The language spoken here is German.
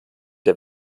der